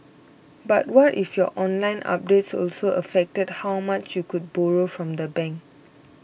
but what if your online updates also affected how much you could borrow from the bank